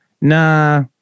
Nah